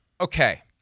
Okay